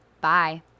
Bye